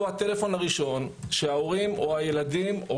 הוא הטלפון הראשון שההורים או הילדים או